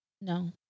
No